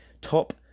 top